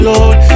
Lord